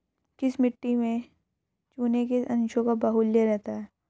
किस मिट्टी में चूने के अंशों का बाहुल्य रहता है?